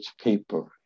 paper